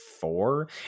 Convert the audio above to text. four